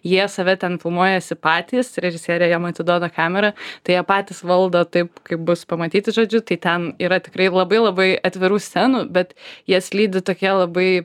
jie save ten filmuojasi patys režisierė jiem atiduoda kamerą tai jie patys valdo taip kaip bus pamatyti žodžiu tai ten yra tikrai labai labai atvirų scenų bet jas lydi tokie labai